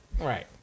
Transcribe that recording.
right